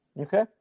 Okay